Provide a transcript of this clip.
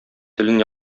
телен